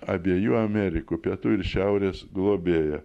abiejų amerikų pietų ir šiaurės globėja